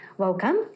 Welcome